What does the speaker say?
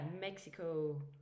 Mexico